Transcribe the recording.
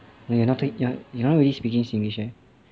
you are not to you you are not really speaking singlish leh